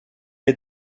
est